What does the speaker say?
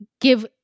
give